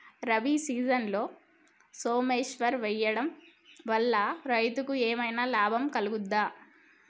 రబీ సీజన్లో సోమేశ్వర్ వేయడం వల్ల రైతులకు ఏమైనా లాభం కలుగుద్ద?